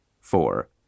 Four